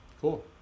Cool